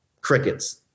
Crickets